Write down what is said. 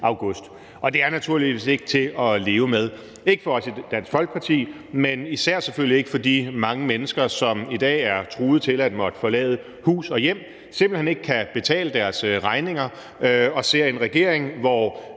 august. Og det er naturligvis ikke til at leve med, ikke for os i Dansk Folkeparti, men selvfølgelig især heller ikke for de mange mennesker, som i dag står over for truslen om at måtte forlade hus og hjem, som simpelt hen ikke kan betale deres regninger, og som ser en regering, hvor